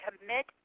commit